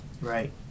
Right